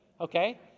Okay